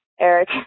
Eric